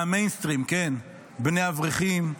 מהמיינסטרים, כן, בני אברכים.